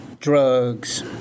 Drugs